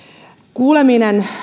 kuuleminen